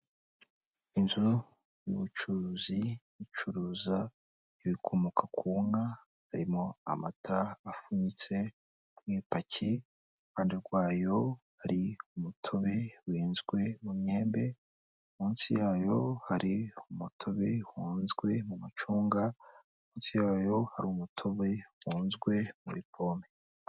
Inzu y'ubucuruzi icuruza ibikomoka ku nka harimo amata afunyitse mu ipaki, iruhande rwayo hari umutobe wenzwe mu myembe, munsi yayo hari umutobe wenzwe mu macunga, munsi yayo hari umutobe wenzwe muri pome.